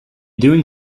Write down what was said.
doing